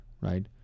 right